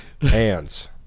Hands